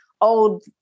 old